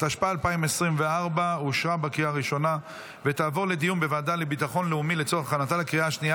התשפ"ה 2024, לוועדה לביטחון לאומי נתקבלה.